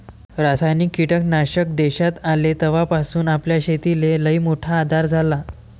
रासायनिक कीटकनाशक देशात आले तवापासून आपल्या शेतीले लईमोठा आधार झाला